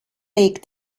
lake